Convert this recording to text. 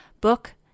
book